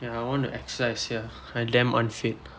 ya I want to exercise ya I damn unfit